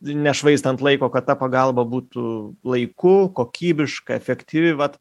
nešvaistant laiko kad ta pagalba būtų laiku kokybiška efektyvi vat